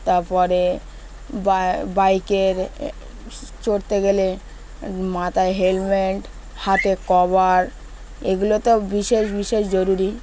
তারপরে বা বাইকের চড়তে গেলে মাথায় হেলমেট হাতে কভার এগুলো তো বিশেষ বিশেষ জরুরি